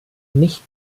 nicht